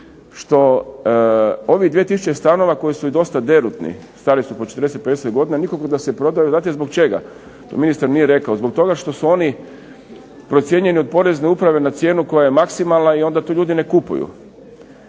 što ovih 2 tisuće stanova koji su i dosta derutni, stari su po 40, 50 godina nikako da se prodaju, znate zbog čega? To ministar nije rekao. Zbog toga što su oni procijenjeni od porezne uprave na cijenu koja je maksimalna i onda to ljudi ne kupuju.